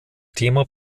thema